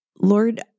Lord